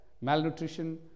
malnutrition